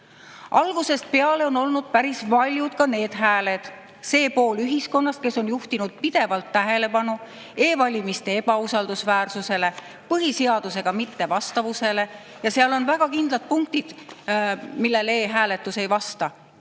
peale on olnud päris valjud ka need hääled, see pool ühiskonnast, kes on juhtinud pidevalt tähelepanu e‑valimiste ebausaldusväärsusele, põhiseadusele mittevastavusele. Seal on väga kindlad punktid, millele e‑hääletus ei vasta.